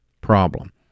problem